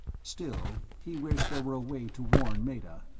still, he wished there were a way to warn meta.